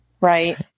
right